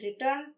return